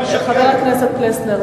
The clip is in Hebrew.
חבר הכנסת פלסנר.